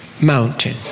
mountain